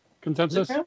consensus